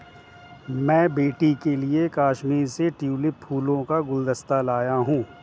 मैं बेटी के लिए कश्मीर से ट्यूलिप फूलों का गुलदस्ता लाया हुं